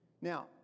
Now